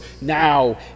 now